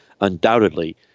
undoubtedly